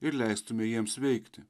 ir leistume jiems veikti